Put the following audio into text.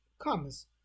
comes